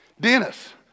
Dennis